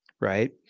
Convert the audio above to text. right